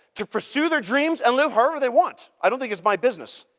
to pursue their dreams and live however they want. i don't think it's my business.